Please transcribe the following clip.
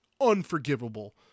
unforgivable